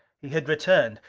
he had returned,